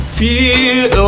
feel